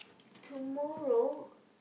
tomorrow